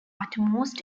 utmost